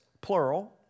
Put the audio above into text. plural